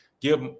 give